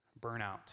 burnout